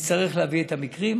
ואני אצטרך להביא את המקרים,